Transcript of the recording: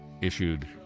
issued